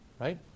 Right